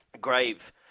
grave